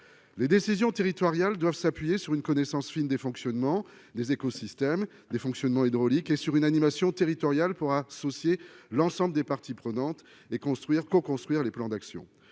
les décisions territoriales doivent s'appuyer sur une connaissance fine des fonctionnement des écosystèmes des fonctionnement hydraulique et sur une animation territoriale pour associer l'ensemble des parties prenantes et construire co-construire les plans d'action,